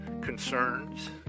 concerns